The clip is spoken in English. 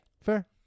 Fair